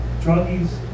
druggies